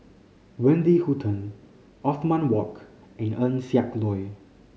Wendy Hutton Othman Wok and Eng Siak Loy